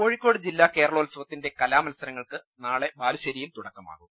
കോഴിക്കോട് ജില്ലാ കേരളോത്സവത്തിന്റെ കലാ മത്സരങ്ങൾക്ക് നാളെ ബാലുശ്ശേരിയിൽ തുടക്കമാകും